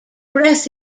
breath